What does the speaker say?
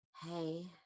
Hey